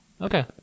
Okay